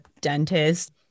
dentist